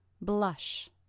blush